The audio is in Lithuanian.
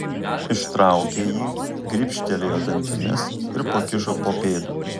ištraukė jį gribštelėjo dantimis ir pakišo po pėdu